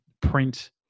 print